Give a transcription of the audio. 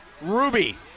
Ruby